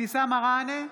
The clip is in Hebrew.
אבתיסאם מראענה,